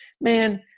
man